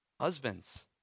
husbands